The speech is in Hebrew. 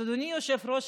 אז אדוני יושב-ראש